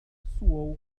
soou